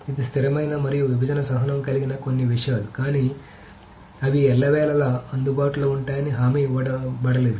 ఇవి స్థిరమైన మరియు విభజన సహనం కలిగిన కొన్ని విషయాలు కానీ అవి ఎల్లవేళలా అందుబాటులో ఉంటాయని హామీ ఇవ్వబడలేదు